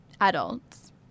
adults